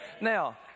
Now